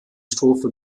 strophe